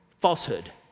falsehood